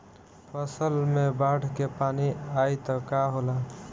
फसल मे बाढ़ के पानी आई त का होला?